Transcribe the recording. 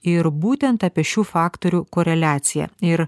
ir būtent apie šių faktorių koreliaciją ir